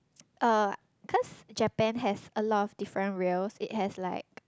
uh cause Japan has a lot of different rails it has like